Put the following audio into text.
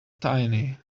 tiny